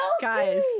guys